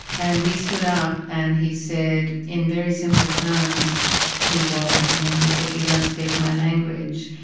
and he stood up and he said in very simple terms who he was, and then he said, you don't speak my language.